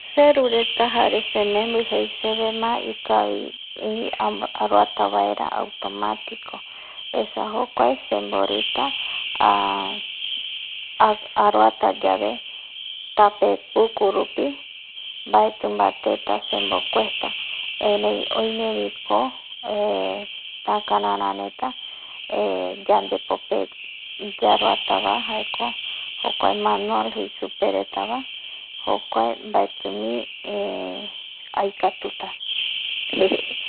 Seru reta jare semenbi jei sebe ma ikavi aruata baera automatico esa jokuae senborita aruata yave tape puku rupi baeti bateta semocuesta erei oime ko, takarara reta eh yandepo pe yaruata ba jaeko jokuae ,manual jei supe reta jokua baetimi eh aikatuta